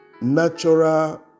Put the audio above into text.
natural